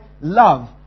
love